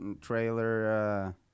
trailer